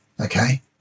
Okay